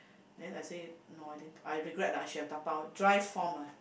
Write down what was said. then I say no I didn't I regret lah I should have dabao dry form ah